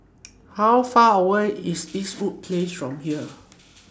How Far away IS Eastwood Place from here